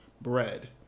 bread